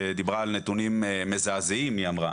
שדיברה על נתונים מזעזעים היא אמרה,